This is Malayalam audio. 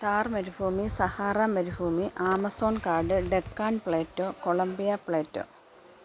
താർ മരുഭൂമി സഹാറ മരുഭൂമി ആമസോൺ കാട് ഡെക്കാൻ പ്ളേറ്റോ കൊളംബിയ പ്ളേറ്റോ